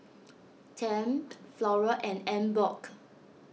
Tempt Flora and Emborg